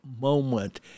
moment